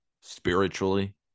spiritually